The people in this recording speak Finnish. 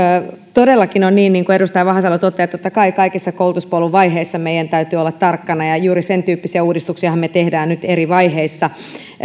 todellakin on niin niin kuin edustaja vahasalo totesi että totta kai kaikissa koulutuspolun vaiheissa meidän täytyy olla tarkkana ja ja juuri sen tyyppisiä uudistuksiahan me teemme nyt eri vaiheissa